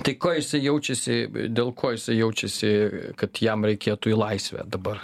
tai ko jis jaučiasi dėl ko jisai jaučiasi kad jam reikėtų į laisvę dabar